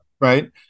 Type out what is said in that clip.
right